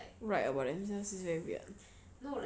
write about themselves is very weird ah